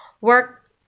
work